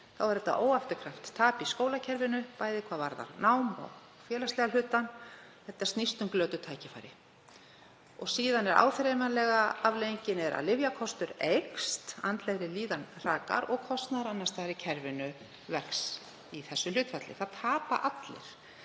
um að ræða óafturkræft tap í skólakerfinu, bæði hvað varðar námið og félagslega hlutann. Þetta snýst um glötuð tækifæri. Síðan er áþreifanlega afleiðingin sú að lyfjakostnaður eykst, andlegri líðan hrakar og kostnaðar annars staðar í kerfinu vex í sama hlutfalli. Það tapa allir.